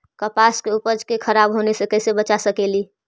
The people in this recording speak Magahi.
कपास के उपज के खराब होने से कैसे बचा सकेली?